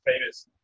famous